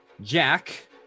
Jack